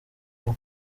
w’u